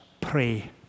pray